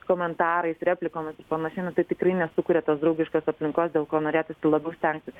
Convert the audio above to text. komentarais replikomis ir panašiai tai tikrai nesukuria tos draugiškos aplinkos dėl ko norėtųsi labiau stengtis